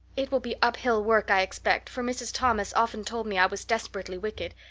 it will be uphill work, i expect, for mrs. thomas often told me i was desperately wicked.